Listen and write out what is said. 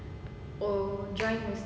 oh